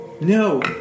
No